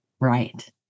Right